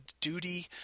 duty